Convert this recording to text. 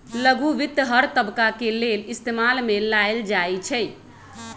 लघु वित्त हर तबका के लेल इस्तेमाल में लाएल जाई छई